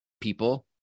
people